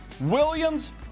Williams